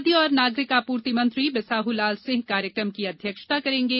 खाद्य और नागरिक आपूर्ति मंत्री बिसाहूलाल सिंह कार्यक्रम की अध्यक्षता करेंगे